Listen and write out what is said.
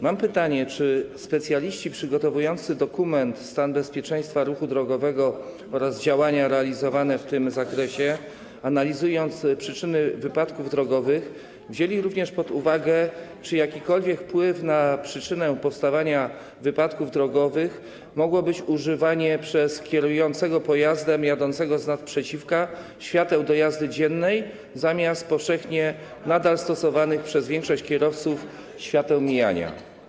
Mam pytanie: Czy specjaliści przygotowujący dokument o stanie bezpieczeństwa ruchu drogowego oraz działaniach realizowanych w tym zakresie, analizując przyczyny wypadków drogowych, wzięli również pod uwagę, czy jakikolwiek wpływ na przyczynę powstawania wypadków drogowych mogło mieć używanie przez kierującego pojazdem jadącym z naprzeciwka świateł do jazdy dziennej zamiast powszechnie nadal stosowanych przez większość kierowców świateł mijania?